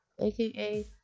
aka